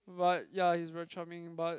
but ya he's very charming but